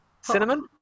Cinnamon